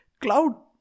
cloud